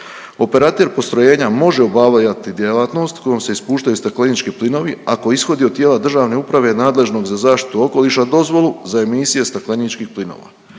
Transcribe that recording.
Operator postrojenja može obavljati djelatnost kojom se ispuštaju staklenički plinovi ako ishodi od tijela državne uprave nadležnog za zaštitu okoliša dozvolu za emisije stakleničkih plinova.